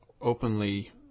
openly